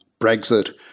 Brexit